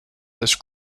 this